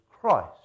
Christ